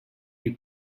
you